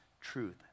truth